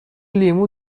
لیمو